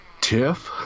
Tiff